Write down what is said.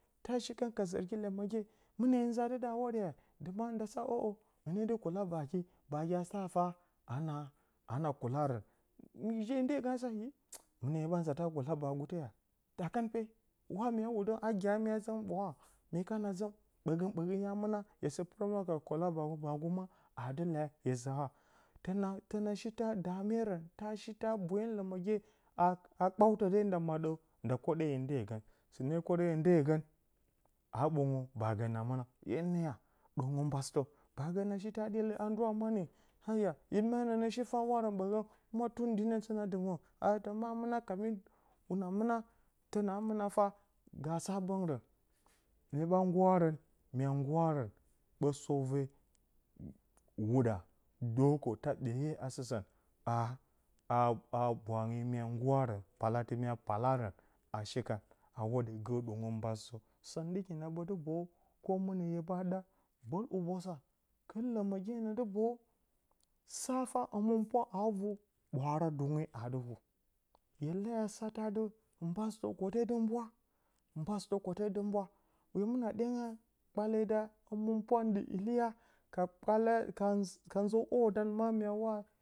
Ta shikan ka zərgi ləməgye, mɨnə hye nzaa adɨ ɗa a hwodye hya, dɨ ɓaa nda sa ə'ə, hɨnə dɨ kula baagi baagi a sa fah a ana ana kularə je, ndye gən a sa, yii, mɨnə hye ɓaa nzar ta kula baagu te yaa, ɗakan pee wa mya wudə, a gyaa a maa zəm ɓwaa, mye kana zə ɓəə gən ɓəgən hya mɨna hye st pɨrə humwa ka kuula baagu, baagu maa, a'a dɨ lea hye zə a haaa, təna shi ta dame ran ta shi ta boyon ləməgye a, a kpautə, de, nda maɗə a kwəɗə yo ndyewogə, sɨne kwo də yo adyewogə, sɨne kwoɗə, yo ndyewogə, aa ɓwongə, baagə a mɨna hye niiya ɗwongə mbasɨtə. Baagə a shi ta ɗile, a nduwa gə manə yaa, ai yaa, yi maanə nə shi fah warə ɓəgə ma tɨn diinəng təna dɨmə aa nə satə adɨ tən ɓaa mɨna una mɨna təna mɨna fah bəng rən, mye ɓaa nggurarə, myaa nggurarən ɓə sop vwe, huɗa, dwookə ta ɓehye a sɨsə, bwaange mya nggurarə, palatɨ mya palarə a shikan a hwodye gə ɗwongə mbasɨtə, səgɨn ɗɨki na ɓədɨ boyu, koh mɨnə hye ɓaa ɗa, bə' hubosa, kɨl ləməgye na dɨ boaju, sa fa həmɨn pwa aa vu, ɓwaara dunge a a dɨ vu, hye leye nə satə adɨ, inbasɨtə kwote dɨ mbwa mbasittə kwote dɨ. Hye mɨnə a, ɗyanga, kpale da həmɨnpwa ndɨ iliya ka kpalya ka nzə hwedan maa mya waa.